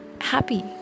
happy